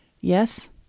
yes